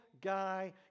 guy